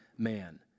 Man